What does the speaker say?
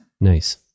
nice